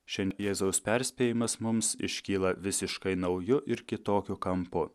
šian jėzaus perspėjimas mums iškyla visiškai nauju ir kitokiu kampu